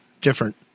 different